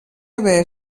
haver